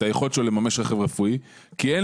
את היכולת שלו לממש רכב רפואי כי אין